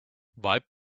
wipe